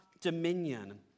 dominion